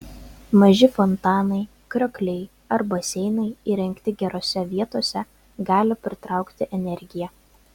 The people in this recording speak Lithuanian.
maži fontanai kriokliai ar baseinai įrengti gerose vietose gali pritraukti energiją